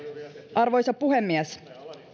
arvoisa puhemies